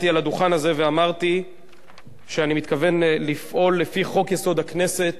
עמדתי על הדוכן הזה ואמרתי שאני מתכוון לפעול לפי חוק-יסוד: הכנסת,